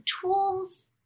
tools